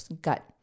gut